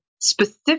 specific